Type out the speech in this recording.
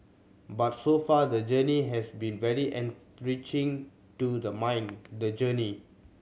but so far the journey has been very enriching to the mind the journey